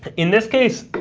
in this case,